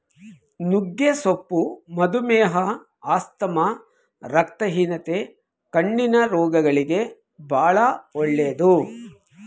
ನುಗ್ಗೆ ಸೊಪ್ಪು ಮಧುಮೇಹ, ಆಸ್ತಮಾ, ರಕ್ತಹೀನತೆ, ಕಣ್ಣಿನ ರೋಗಗಳಿಗೆ ಬಾಳ ಒಳ್ಳೆದು